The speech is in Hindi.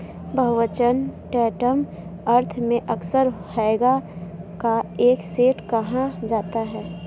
बहुवचन टैंटम अर्थ में अक्सर हैगा का एक सेट कहा जाता है